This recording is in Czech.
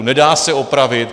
Nedá se opravit.